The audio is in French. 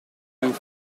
vous